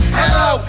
Hello